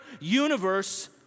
universe